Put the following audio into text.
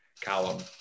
Callum